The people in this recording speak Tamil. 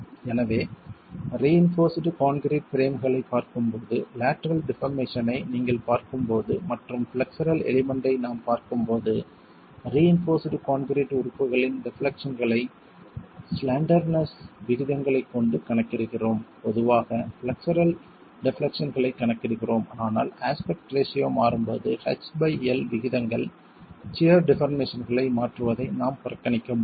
எனவே ரிஇன்போர்ஸ்டு கான்கிரீட் பிரேம்களைப் பார்க்கும்போது லேட்டரல் டிபார்மேசன் ஐ நீங்கள் பார்க்கும்போது மற்றும் பிளக்சரல் எலிமெண்ட் ஐ நாம் பார்க்கும்போது ரிஇன்போர்ஸ்டு கான்கிரீட் உறுப்புகளின் டெப்லெக்சன்களை ஸ்லேண்டெர்னெஸ் விகிதங்களைக் கொண்டு கணக்கிடுகிறோம் பொதுவாக பிளக்சரல் டெப்லெக்சன்களைக் கணக்கிடுகிறோம் ஆனால் அஸ்பெக்ட் ரேஷியோ மாறும்போது h பை L விகிதங்கள் சியர் டிபார்மேசன்களை மாற்றுவதை நாம் புறக்கணிக்க முடியாது